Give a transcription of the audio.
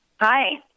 Hi